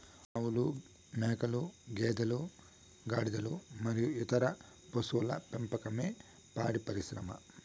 ఆవులు, మేకలు, గేదెలు, గాడిదలు మరియు ఇతర పశువుల పెంపకమే పాడి పరిశ్రమ